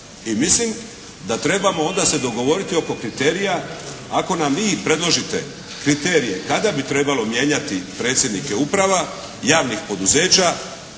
i mislim da trebamo onda se dogovoriti oko kriterija. Ako nam vi predložite kriterije kada bi trebalo mijenjati predsjednike uprava javnih poduzeća,